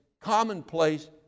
commonplace